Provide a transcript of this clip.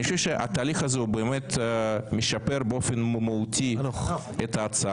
אני חושב שהתהליך הזה הוא באמת משפר באופן מהותי את ההצעה